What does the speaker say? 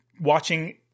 watching